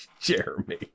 Jeremy